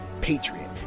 patriot